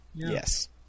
Yes